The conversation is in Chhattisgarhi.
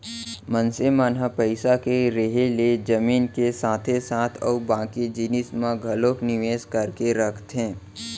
मनसे मन ह पइसा के रेहे ले जमीन के साथे साथ अउ बाकी जिनिस म घलोक निवेस करके रखथे